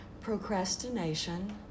procrastination